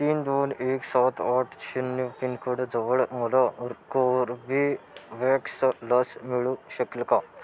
तीन दोन एक सात आठ शून्य पिन कोडजवळ मला कोर्बेवॅक्स लस मिळू शकेल का